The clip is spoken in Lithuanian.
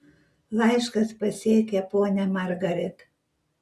laiškas pasiekė ponią margaret